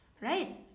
Right